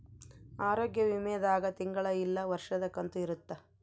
ಆರೋಗ್ಯ ವಿಮೆ ದಾಗ ತಿಂಗಳ ಇಲ್ಲ ವರ್ಷದ ಕಂತು ಇರುತ್ತ